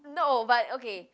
no but okay